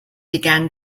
began